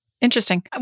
Interesting